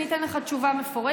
אני אתן לך תשובה מפורטת,